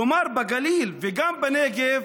כלומר, בגליל וגם בנגב